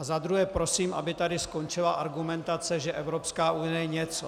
Za druhé prosím, aby tady skončila argumentace, že Evropská unie něco.